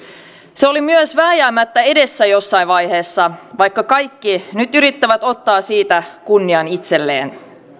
se oli myös vääjäämättä edessä jossain vaiheessa vaikka kaikki nyt yrittävät ottaa siitä kunnian itselleen